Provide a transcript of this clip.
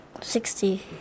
Sixty